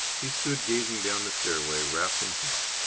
he stood gazing down the fairway, wrapped in thought.